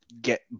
get